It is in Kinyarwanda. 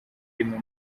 rimwe